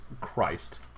Christ